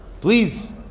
Please